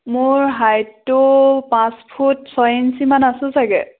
মোৰ হাইটটো পাঁচ ফুট ছয় ইঞ্চিমান আছোঁ ছাগৈ